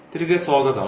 തിരികെ സ്വാഗതം